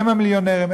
הם המיליונרים,